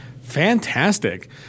Fantastic